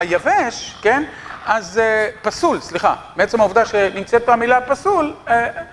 היבש, כן, אז פסול, סליחה, בעצם העובדה שנמצאת פה המילה פסול...